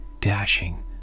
dashing